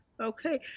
okay